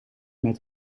met